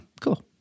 cool